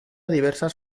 diversas